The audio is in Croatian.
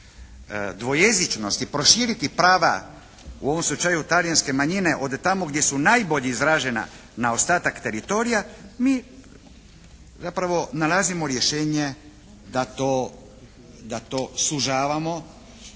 dvojezičnost i proširiti prava u ovom slučaju talijanske manjine od tamo gdje su najbolje izražena na ostatak teritorija mi zapravo nalazimo rješenje da to sužavamo